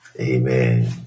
Amen